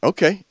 Okay